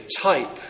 type